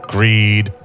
Greed